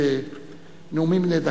השתייה, הצעתו של חבר הכנסת מגלי והבה.